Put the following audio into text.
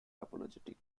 apologetic